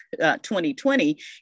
2020